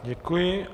Děkuji.